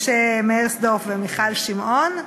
משה מאירסדורף ומיכל שמעון,